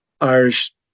Irish